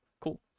cool